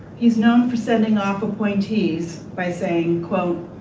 he's known for sending off appointees by saying quote,